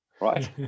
right